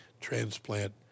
transplant